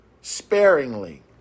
sparingly